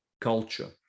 culture